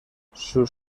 sus